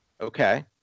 Okay